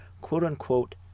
quote-unquote